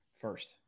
First